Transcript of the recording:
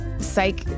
Psych